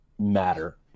matter